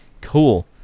Cool